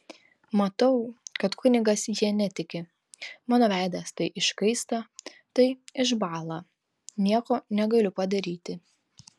matau kad kunigas ja netiki mano veidas tai iškaista tai išbąla nieko negaliu padaryti